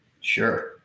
Sure